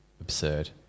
Absurd